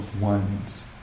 ones